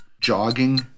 jogging